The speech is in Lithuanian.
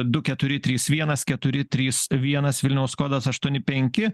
du keturi trys vienas keturi trys vienas vilniaus kodas aštuoni penki